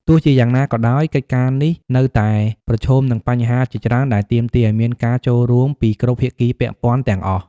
ទោះជាយ៉ាងណាក៏ដោយ កិច្ចការនេះនៅតែប្រឈមនឹងបញ្ហាជាច្រើនដែលទាមទារឱ្យមានការចូលរួមពីគ្រប់ភាគីពាក់ព័ន្ធទាំងអស់។